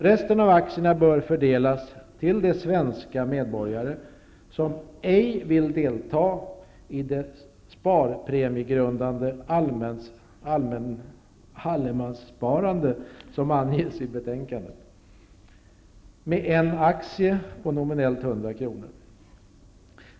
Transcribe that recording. Resten av aktierna bör fördelas till de svenska medborgare som ej vill delta i det sparpremiegrundande allemanssparande som anges i betänkandet, med en aktie var på nominellt 100 kr.